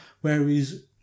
Whereas